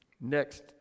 next